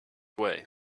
way